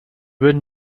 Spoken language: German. würden